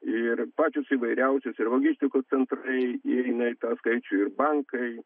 ir pačius įvairiausius ir logistikos centrus ir įeina į tą skaičių ir bankai